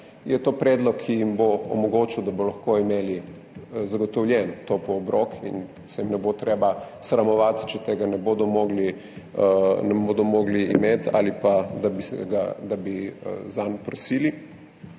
To je predlog, ki jim bo omogočil, da bodo imeli zagotovljen topel obrok in se jim ne bo treba sramovati, če tega ne bodo mogli imeti ali pa da bi zanj prosili.